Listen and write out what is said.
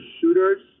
shooters